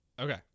Okay